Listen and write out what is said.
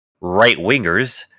right-wingers